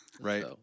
Right